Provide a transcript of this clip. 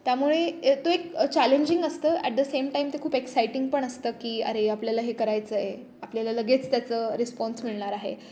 त्यामुळे तो एक चॅलेंजिंग असतं ॲट द सेम टाईम ते खूप एक्साइटिंग पण असतं की अरे आपल्याला हे करायचं आहे आपल्याला लगेच त्याचं रिस्पॉन्स मिळणार आहे